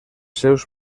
seus